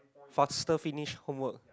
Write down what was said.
faster finish homework